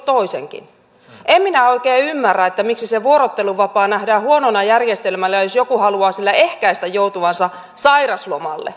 en minä oikein ymmärrä miksi se vuorotteluvapaa nähdään huonona järjestelmänä jos joku haluaa sillä ehkäistä joutumisensa sairauslomalle